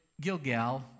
Gilgal